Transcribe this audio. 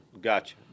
gotcha